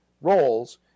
roles